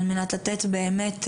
על מנת לתת באמת,